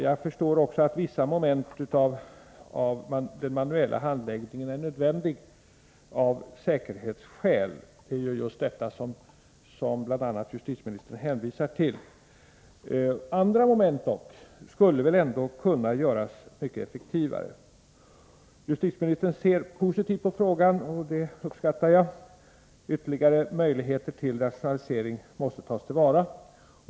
Jag förstår att vissa moment av den manuella handläggningen är nödvändiga av säkerhetsskäl — det är ju bl.a. detta som justitieministern hänvisar till. Andra moment skulle väl dock kunna göras mycket effektivare. Justitieministern ser positivt på frågan, och det uppskattar jag. Ytterligare möjligheter till rationalisering måste tas till vara.